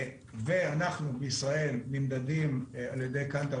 ואנחנו בישראל נמדדים על ידי קאנטר